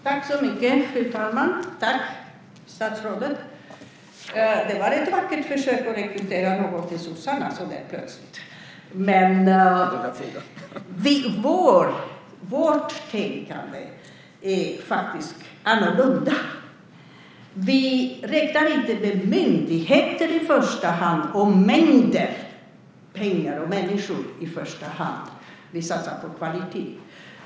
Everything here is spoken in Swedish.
Fru talman! Det var ett vackert försök att rekrytera någon till sossarna. Vårt tänkande är faktiskt annorlunda. Vi räknar inte myndigheter, mängden pengar och människor i första hand. Vi satsar på kvalitet.